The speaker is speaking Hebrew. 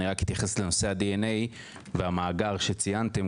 אני רק אתייחס לנושא הדנ"א והמאגר שציינתם.